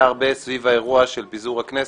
היה הרבה סביב האירוע של פיזור הכנסת.